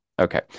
Okay